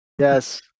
Yes